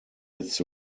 its